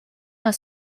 are